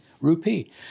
rupee